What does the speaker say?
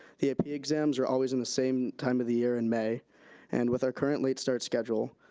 the ap exams are always in the same time of the year in may and with our current late start schedule,